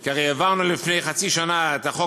כי הרי העברנו לפני חצי שנה את החוק